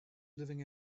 living